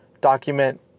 document